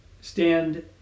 Stand